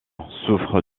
souffre